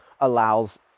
allows